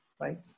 Right